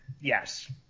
Yes